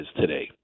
today